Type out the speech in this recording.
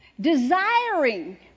desiring